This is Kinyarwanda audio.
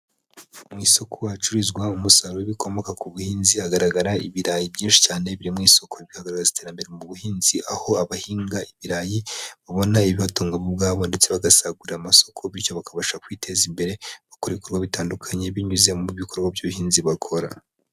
Mu isoko hacururizwa umusaruro w'ibikomoka ku buhinzi, hagaragara ibirayi byinshi cyane biri mu isoku, bikagaragaza iterambere mu buhinzi aho abahinga ibirayi, babona ibitungabu bo ubwabo ndetse bagasagurira amasoko bityo bakabasha kwiteza imbere, gukora ibikorwa bitandukanye binyuze mu bikorwa by'ubuhinzi bakora.